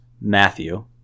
Matthew